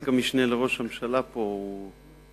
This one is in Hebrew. ורק המשנה לראש הממשלה פה קבוע.